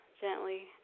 gently